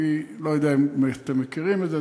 אני לא יודע אם אתם מכירים את זה.